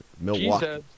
Milwaukee